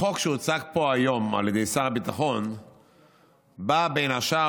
החוק שהוצג פה היום על ידי שר הביטחון בא בין השאר